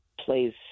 plays